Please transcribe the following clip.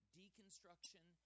deconstruction